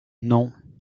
non